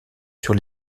sur